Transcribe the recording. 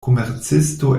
komercisto